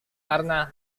karena